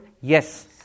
Yes